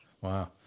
Wow